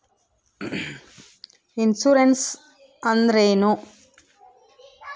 Insurance ಅಂದ್ರೇನು?